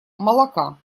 молока